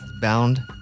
bound